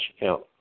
account